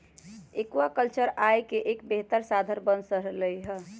aquaculture आय के एक बेहतर साधन बन रहले है